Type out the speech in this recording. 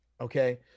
Okay